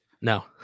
No